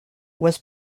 was